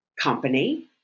company